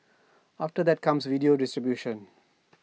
after that comes video distribution